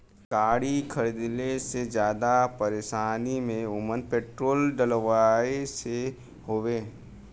गाड़ी खरीदले से जादा परेशानी में ओमन पेट्रोल डलवावे से हउवे